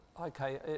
okay